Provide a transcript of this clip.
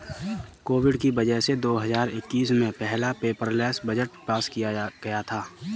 Covid की वजह से दो हजार इक्कीस में पहला पेपरलैस बजट पास किया गया था